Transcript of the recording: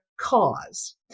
cause